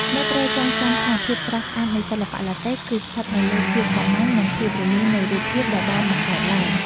អ្នកត្រូវចងចាំថាភាពស្រស់ស្អាតនៃសិល្បៈឡាតេ គឺស្ថិតនៅលើភាពសាមញ្ញ និងភាពរលូននៃរូបភាពដែលបានបង្កើតឡើង។